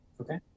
okay